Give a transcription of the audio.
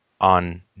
on